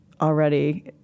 already